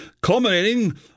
culminating